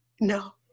no